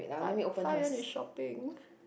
but Fa Yuen is shopping